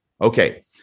Okay